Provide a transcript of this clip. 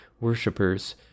worshippers